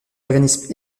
organismes